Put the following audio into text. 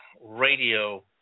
radio